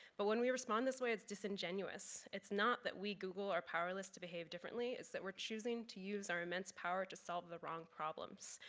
but when we respond this way it's disingenuous. it's not that we, google, are powerless to behave differently it's that we're choosing to use our immense power to solve the wrong problems,